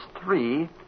three